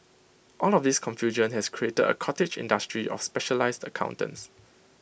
all of this confusion has created A cottage industry of specialised accountants